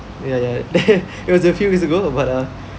ya ya it was a few years ago but uh